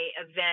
event